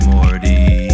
Morty